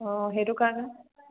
অঁ সেইটো কাৰণে